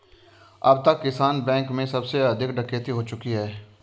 अब तक किस बैंक में सबसे अधिक डकैती हो चुकी है?